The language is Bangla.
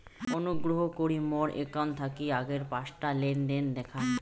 অনুগ্রহ করি মোর অ্যাকাউন্ট থাকি আগের পাঁচটা লেনদেন দেখান